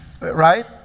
Right